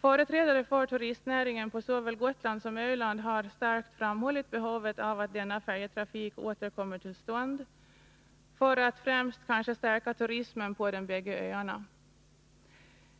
Företrädare för turistnäringen på såväl Gotland som Öland har starkt framhållit behovet av att denna färjetrafik åter kommer till stånd, kanske främst för att stärka turismen på de båda öarna.